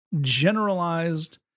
generalized